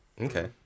Okay